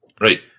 right